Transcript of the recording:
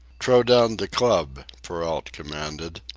t'row down de club, perrault commanded.